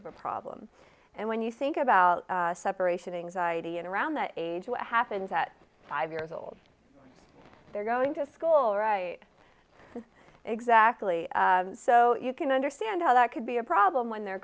of a problem and when you think about separation anxiety in around that age what happens at five years old they're going to school right exactly so you can understand how that could be a problem when they're